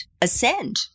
Ascend